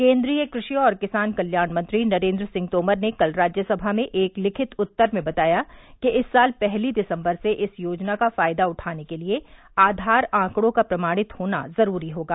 केन्द्रीय कृषि और किसान कल्याण मंत्री नरेन्द्र सिंह तोमर ने कल राज्यसभा में एक लिखित उत्तर में बताया कि इस साल पहली दिसम्बर से इस योजना का फायदा उठाने के लिये आधार आंकड़ों का प्रमाणित होना जरूरी होगा